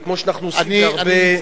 וכמו שאנחנו עושים את זה הרבה,